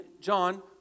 John